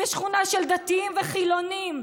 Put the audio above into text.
בשכונה של דתיים וחילונים,